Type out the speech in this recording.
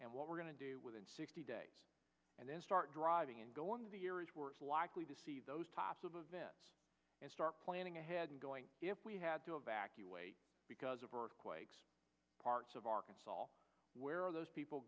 and what we're going to do within sixty days and then start driving and go on the years we're likely to see those types of events and start planning ahead and going if we had to evacuate because of earthquakes parts of arkansas where are those people